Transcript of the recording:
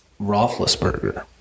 Roethlisberger